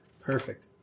perfect